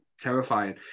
terrifying